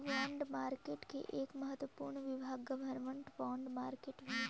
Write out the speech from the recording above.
bond market के एक महत्वपूर्ण विभाग गवर्नमेंट बॉन्ड मार्केट भी हइ